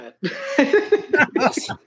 Yes